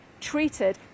treated